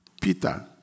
Peter